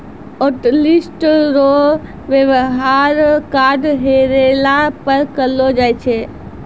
hotlist रो वेवहार card हेरैला पर करलो जाय छै